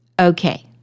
Okay